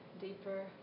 deeper